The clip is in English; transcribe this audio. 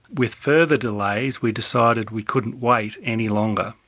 with further delays we decided we couldn't wait any longer,